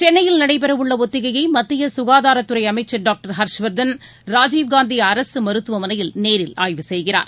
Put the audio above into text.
சென்னையில் நடைபெறவுள்ள ஒத்திகையை மத்திய சுகாதாரத்துறை அமைச்சர் டாக்டர் ஹர்ஷ்வர்தன் ராஜீவ்காந்தி அரசு மருத்துவமனையில் நேரில் ஆய்வு செய்கிறார்